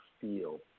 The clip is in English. feel